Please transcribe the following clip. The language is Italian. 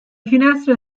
finestre